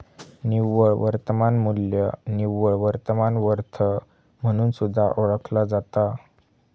निव्वळ वर्तमान मू्ल्य निव्वळ वर्तमान वर्थ म्हणून सुद्धा ओळखला जाता